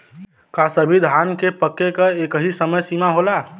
का सभी धान के पके के एकही समय सीमा होला?